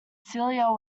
celia